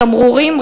תמרורים,